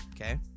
okay